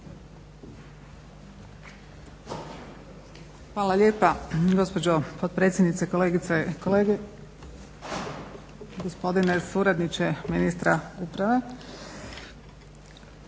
Hvala lijepa gospođo potpredsjednice, kolegice i kolege. Gospodine suradniče ministra uprave. Evo